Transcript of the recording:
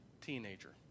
teenager